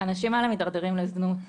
האנשים האלה מידרדרים לזנות.